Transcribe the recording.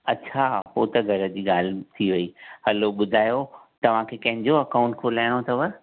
अच्छा पोइ त घर जी ॻाल्हि थी वेई हलो ॿुधायो तव्हांखे कंहिंजो अकाउंट खोलाइणो अथव